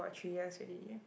for three years already